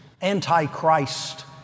anti-Christ